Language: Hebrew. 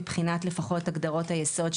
לפחות מבחינת הגדרות היסוד,